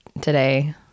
today